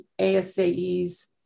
ASAE's